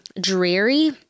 dreary